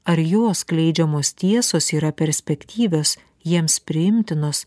ar jo skleidžiamos tiesos yra perspektyvios jiems priimtinos